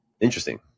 Interesting